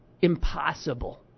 impossible